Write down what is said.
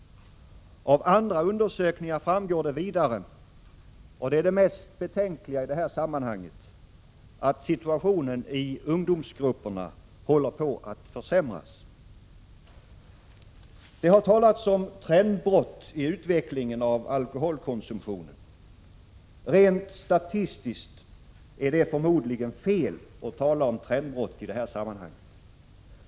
Av andra undersökningar framgår det vidare — och det är det mest betänkliga — att situationen i ungdomsgrupperna håller på att försämras. Det har talats om ett trendbrott i utvecklingen av alkoholkonsumtionen. Rent statistiskt är det förmodligen fel att tala om trendbrott i detta sammanhang.